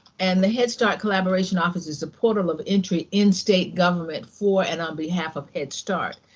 and the head start collaboration office is a portal of entry in state government for and on behalf of head start.